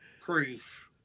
proof